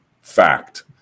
Fact